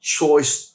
Choice